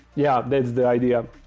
yeah, that's the idea.